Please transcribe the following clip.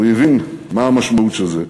הוא הבין מה המשמעות של זה.